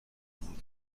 بود